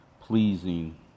pleasing